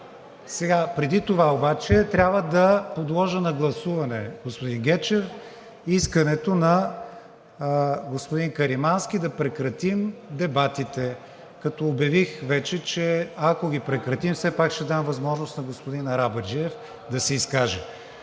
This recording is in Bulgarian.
повече. Преди това обаче трябва да подложа на гласуване, господин Гечев, искането на господин Каримански да прекратим дебатите, като обявих вече, че ако ги прекратим, все пак ще дам възможност на господин Арабаджиев да се изкаже.